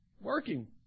Working